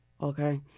okay